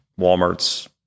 Walmart's